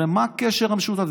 מה הקשר המשותף?